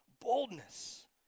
boldness